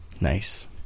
Nice